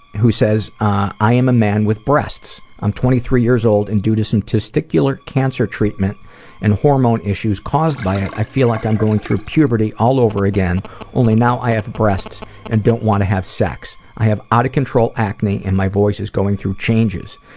who says i am a man with breasts, i'm twenty three years old and due to some testicular cancer treatment and hormone issues cause by it, i feel like i'm going through puberty all over again only now i have breasts and don't want to have sex. i have out of control acne and my voice is going through changes.